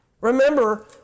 Remember